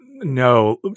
No